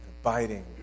abiding